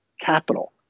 capital